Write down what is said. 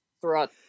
throughout